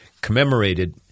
commemorated